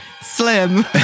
slim